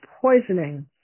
poisoning